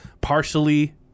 partially